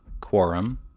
quorum